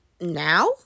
now